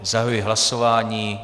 Zahajuji hlasování.